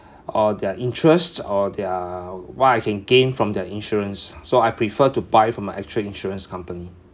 or their interests or their what I can gain from their insurance so I prefer to buy from my actual insurance company